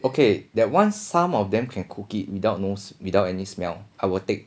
okay that one some of them can cook it without no without any smell I will take